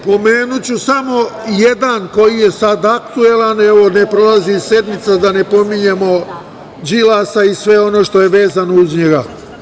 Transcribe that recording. Pomenuću samo jedan sada aktuelan, evo ne prolazi sednica da ne pominjemo Đilasa i sve ono što je vezano uz njega.